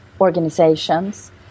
organizations